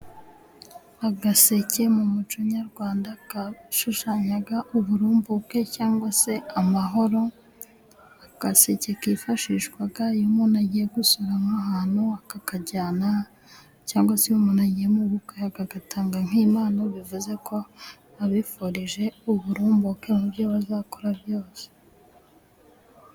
Agaseke mu muco nyarwanda kashushanyaga uburumbuke cyangwa se amahoro, agaseke kifashishwaga iyo umuntu agiye gusura nk'ahantu. Akakajyana cyangwa se iyo umuntu agiye mu bukwe akagatanga nk'impano bivuze ko abifurije uburumbuke mu byo bazakora byose.